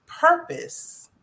purpose